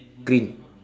green